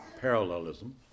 parallelism